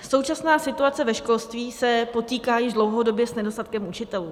Současná situace ve školství se potýká již dlouhodobě s nedostatkem učitelů.